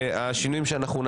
ההפיכה המשפטית.